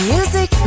Music